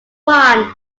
won